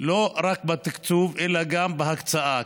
לא רק בתקצוב אלא גם בהקצאה.